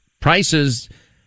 prices